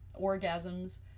orgasms